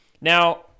Now